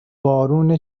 بارون